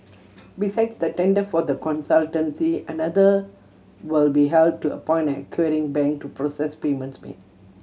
besides the tender for the consultancy another will be held to appoint an acquiring bank to process payments made